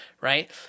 right